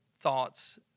thoughts